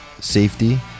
safety